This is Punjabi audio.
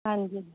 ਹਾਂਜੀ